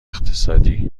اقتصادی